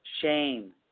shame